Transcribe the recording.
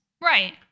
right